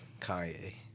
Kanye